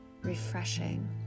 refreshing